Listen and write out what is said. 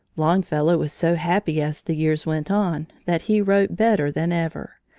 longfellow was so happy as the years went on, that he wrote better than ever.